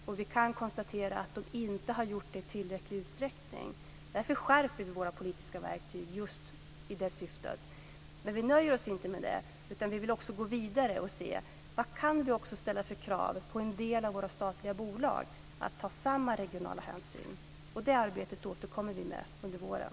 Och vi kan konstatera att de inte har gjort det i tillräcklig utsträckning. Därför skärper vi våra politiska verktyg just i det syftet. Men vi nöjer oss inte med det utan vi vill också gå vidare och se vilka krav vi kan ställa på en del av våra statliga bolag att ta samma regionala hänsyn. Det arbetet återkommer vi med under våren.